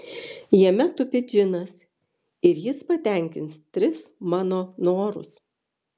jame tupi džinas ir jis patenkins tris mano norus